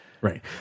Right